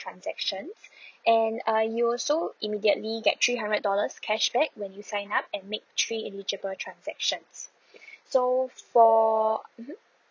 transactions and uh you also immediately get three hundred dollars cashback when you sign up and make three eligible transactions so for mmhmm